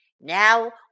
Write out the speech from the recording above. Now